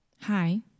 Hi